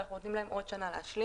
ואנחנו נותנים להם עוד שנה להשלים.